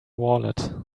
wallet